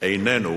איננו